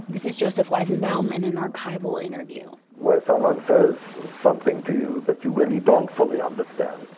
this is joseph weizenbaum in an archival interview where someone says something to you that you really don't fully understand,